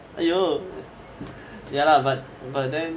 !aiyo! ya lah but but then